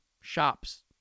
shops